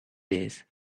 days